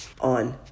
on